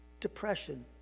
depression